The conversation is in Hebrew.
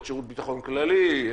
את שירות ביטחון כללי,